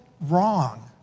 wrong